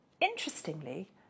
interestingly